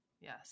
Yes